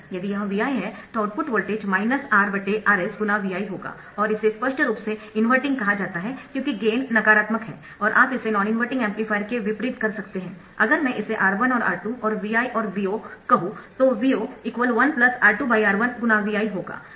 यदि यह Vi है तो आउटपुट वोल्टेज RRs × Vi होगा और इसे स्पष्ट रूप से इनवर्टिंग कहा जाता है क्योंकि गेन नकारात्मक है और आप इसे नॉन इनवर्टिंग एम्पलीफायर के विपरीत कर सकते है अगर मैं इसे R1 और R2 और Vi और V0 कहूं तो V0 1 R2R1 × Vi होगा